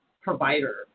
provider